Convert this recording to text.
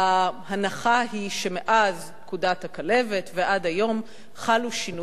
ההנחה היא שמאז פקודת הכלבת ועד היום חלו שינויים,